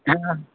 हा